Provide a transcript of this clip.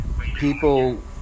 people